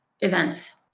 events